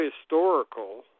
historical